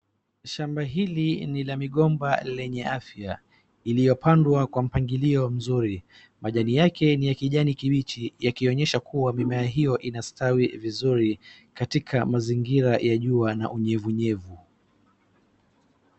Shamba hili ni la migomba lenye afya iliyopandwa kwa mpangilio mzuri majani yake ni ya kijani kiwiji yakionyesha kuwa mimea hiyo inastawi vizuri katika mazingira ya jua na unyevunyevu.